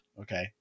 Okay